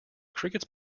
crickets